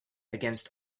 against